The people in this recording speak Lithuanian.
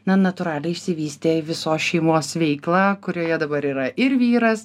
na natūraliai išsivystė visos šeimos veiklą kurioje dabar yra ir vyras